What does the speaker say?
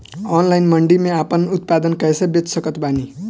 Online मंडी मे आपन उत्पादन कैसे बेच सकत बानी?